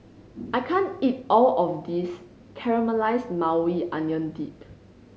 I can't eat all of this Caramelized Maui Onion Dip